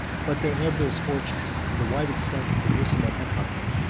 but their adverse fortune, and the wide extent of the mussulman empire,